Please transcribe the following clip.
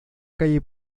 calle